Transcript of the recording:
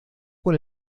con